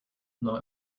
not